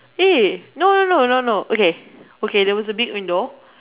eh no no no no no no okay okay there was a big window